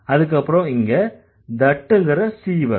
அதுக்கப்புறம் இங்க that ங்கற C வரும்